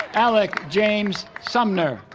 alec james sumner